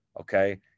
okay